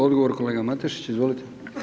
Odgovor kolega Matešić, izvolite.